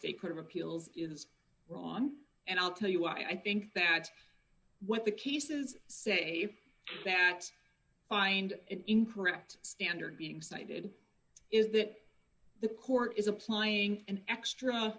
court of appeals was wrong and i'll tell you i think that what the cases say that find incorrect standard being cited is that the court is applying an extra